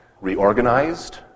reorganized